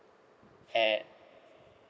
at